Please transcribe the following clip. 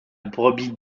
brebis